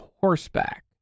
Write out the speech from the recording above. horseback